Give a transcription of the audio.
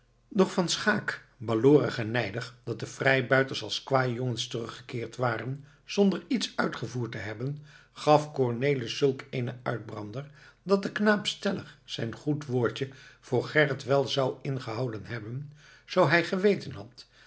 doch van schaeck baloorig en nijdig dat de vrijbuiters als kwajongens teruggekeerd waren zonder iets uitgevoerd te hebben gaf cornelis zulk eenen uitbrander dat de knaap stellig zijn goed woordje voor gerrit wel zou ingehouden hebben zoo hij geweten had